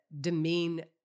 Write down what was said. demean